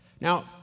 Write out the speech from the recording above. Now